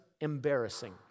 embarrassing